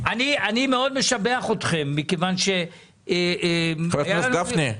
אני מאוד משבח אתכם מכיוון ש --- חבר הכנסת גפני,